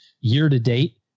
Year-to-date